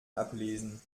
ablesen